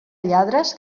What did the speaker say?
lladres